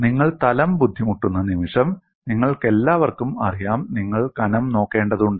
നിങ്ങൾ തലം ബുദ്ധിമുട്ടുന്ന നിമിഷം നിങ്ങൾക്കെല്ലാവർക്കും അറിയാം നിങ്ങൾ കനം നോക്കേണ്ടതുണ്ട്